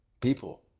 people